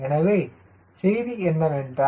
எனவே செய்தி என்னவென்றால்